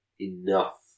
enough